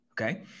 okay